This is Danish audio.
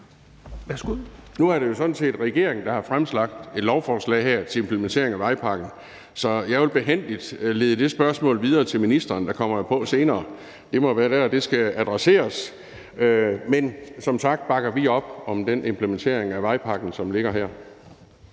Nu er det jo sådan set regeringen, der har fremsat et lovforslag her til implementering af vejpakken, så jeg vil behændigt lede det spørgsmål videre til ministeren, der kommer på senere. Det må være der, det skal adresseres til. Men som sagt bakker vi op om den implementering af vejpakken, som ligger her.